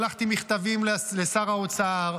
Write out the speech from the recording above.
שלחתי מכתבים לשר האוצר,